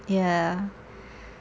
ya